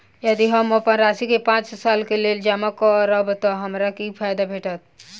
यदि हम अप्पन राशि केँ पांच सालक लेल जमा करब तऽ हमरा की फायदा भेटत?